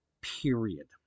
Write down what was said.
period